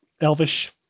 Elvish